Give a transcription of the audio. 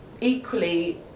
equally